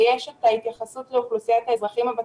ויש את ההתייחסות לאוכלוסיית האזרחים הוותיקים,